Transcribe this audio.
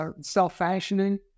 self-fashioning